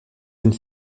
une